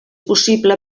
possible